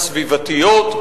הסביבתיות,